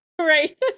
Right